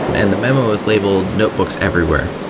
and the memo is labeled notebooks everywhere,